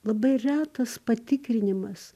labai retas patikrinimas